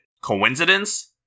Coincidence